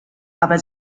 aber